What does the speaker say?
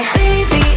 baby